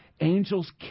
angels